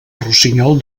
rossinyol